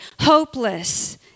hopeless